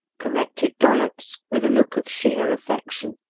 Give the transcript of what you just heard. corrected dollops, with a look of sheer affection.